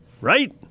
right